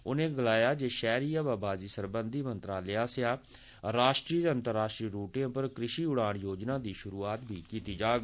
उनें गलाया जे शैहरी हवाबाजी सरबंधी मंत्रालय आसेआ राष्ट्री ते अंतर्राश्ट्री रूटें पर कृषि उड़ान योजना दी शुरुआत बी कीती जाग